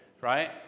right